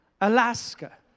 Alaska